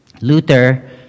Luther